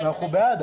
אנחנו בעד,